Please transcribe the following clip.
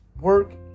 work